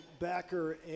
backer